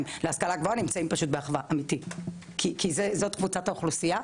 להשכלה גבוהה נמצאים באחווה כי זו קבוצת האוכלוסייה,